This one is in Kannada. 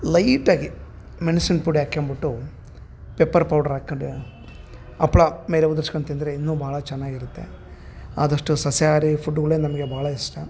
ಲೈಟಾಗಿ ಮೆಣಸಿನ್ಪುಡಿ ಹಾಕೋಂಬಿಟ್ಟು ಪೆಪ್ಪರ್ ಪೌಡರ್ ಹಾಕೊಂಡು ಹಪ್ಳ ಮೇಲೆ ಉದ್ರುಸ್ಕೊಂಡ್ ತಿಂದರೆ ಇನ್ನು ಭಾಳ ಚೆನ್ನಾಗಿರುತ್ತೆ ಆದಷ್ಟು ಸಸ್ಯಾಹಾರಿ ಫುಡ್ಗಳೆ ನಮಗೆ ಭಾಳ ಇಷ್ಟ